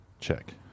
Check